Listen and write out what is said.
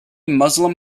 muslim